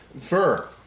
Fur